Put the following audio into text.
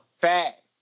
fat